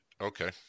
Okay